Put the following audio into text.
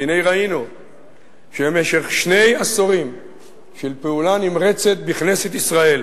והנה ראינו שבמשך שני עשורים של פעולה נמרצת בכנסת ישראל,